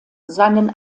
seinen